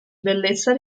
bellezza